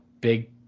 big